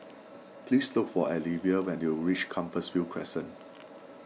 please look for Alivia when you reach Compassvale Crescent